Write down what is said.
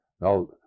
Now